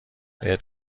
بهت